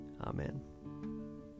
Amen